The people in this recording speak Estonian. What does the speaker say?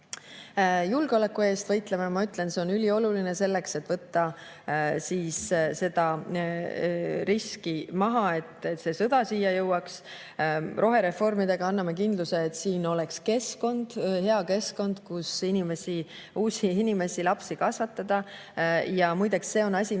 Julgeoleku eest võitleme. Ma ütlen, et see on ülioluline selleks, et võtta riski maha, et see sõda siia jõuaks. Rohereformidega anname kindluse, et siin oleks hea keskkond, kus inimesi, uusi inimesi, lapsi kasvatada. Ja muideks, see on asi,